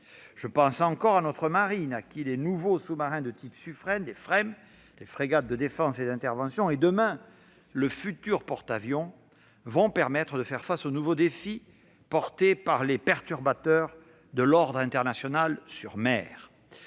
Je pense encore à notre marine, à qui les nouveaux sous-marins de type Suffren, les Fremm- les frégates européennes multi-missions -, et, demain, le futur porte-avions vont permettre de faire face aux nouveaux défis posés par les perturbateurs de l'ordre international en mer.